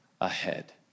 ahead